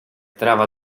trawa